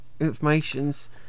information's